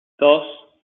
dos